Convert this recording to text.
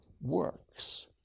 works